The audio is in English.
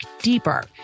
deeper